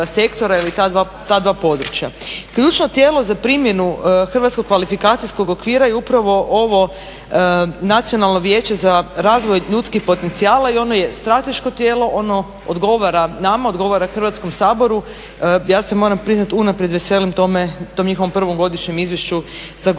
Ključno tijelo za primjenu hrvatskog kvalifikacijskog okvira je upravo ovo Nacionalno vijeće za razvoj ljudskih potencijala i ono je strateško tijelo, ono odgovara nama, odgovara Hrvatskom saboru. Ja se moram priznati unaprijed veselim tome, tom njihovom prvom godišnjem izvješću za godinu